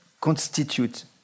constitute